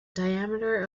diameter